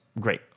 great